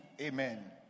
amen